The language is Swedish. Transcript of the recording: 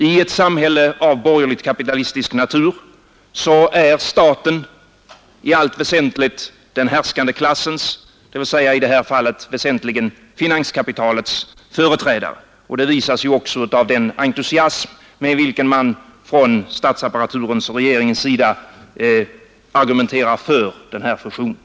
I ett samhälle av borgerligt kapitalistisk natur är staten i allt väsentligt den härskande klassens, dvs. i det här fallet väsentligen finanskapitalets företrädare. Det visas också av den entusiasm med vilken man från statsapparaturens och regeringens sida argumenterar för den här fusionen.